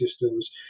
systems